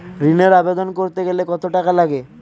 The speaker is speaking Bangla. ঋণের আবেদন করতে গেলে কত টাকা লাগে?